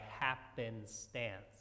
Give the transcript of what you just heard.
happenstance